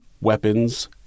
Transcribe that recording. Weapons